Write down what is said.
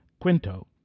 Quinto